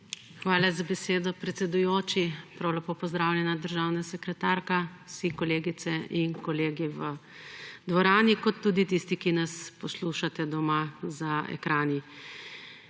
Hvala za besedo, predsedujoči. Prav lepo pozdravljena državna sekretarka, vsi kolegice in kolegi v dvorani, kot tudi tisti, ki nas poslušate doma za ekrani.